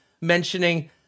mentioning